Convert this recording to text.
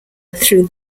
through